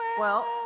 well